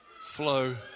Flow